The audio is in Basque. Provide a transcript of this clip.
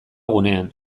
gunean